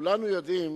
כולנו יודעים